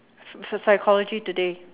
psy~ Psychology Today